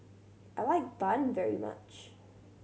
I like bun very much